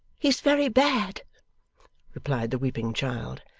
he's very bad replied the weeping child.